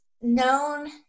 known